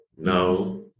no